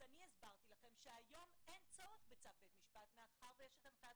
אז אני הסברתי לכם שהיום אין צורך בצו בית משפט מאחר וישנה הנחיית